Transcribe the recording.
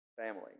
family